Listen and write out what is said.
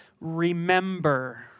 remember